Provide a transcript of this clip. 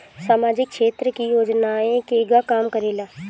सामाजिक क्षेत्र की योजनाएं केगा काम करेले?